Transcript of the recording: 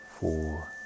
four